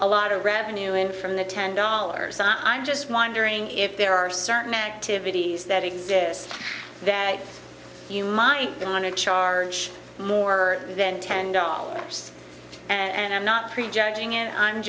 a lot of revenue in from the ten dollars i'm just wondering if there are certain activities that exist that you might get on a charge more than ten dollars and i'm not prejudging and i'm